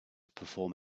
perform